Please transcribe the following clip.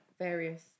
various